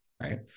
Right